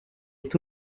est